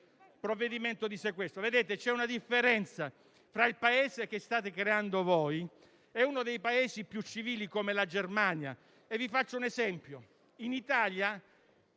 provvedimento di sequestro. Colleghi, c'è una differenza fra il Paese che state creando voi e uno dei Paesi più civili, come la Germania. Vi faccio un esempio: in Italia,